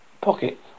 pocket